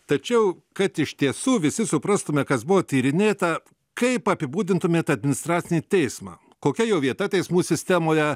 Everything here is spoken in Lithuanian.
tačiau kad iš tiesų visi suprastume kas buvo tyrinėta kaip apibūdintumėt administracinį teismą kokia jo vieta teismų sistemoje